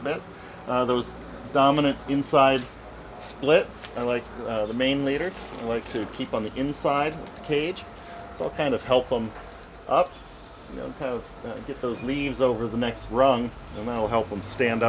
bit those dominant inside splits i like the main leaders like to keep on the inside the cage all kind of help them up you know get those leaves over the next rung and that will help them stand